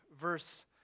verse